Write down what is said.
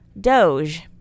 Doge